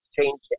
change